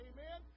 Amen